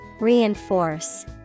Reinforce